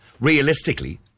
Realistically